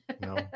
No